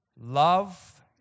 Love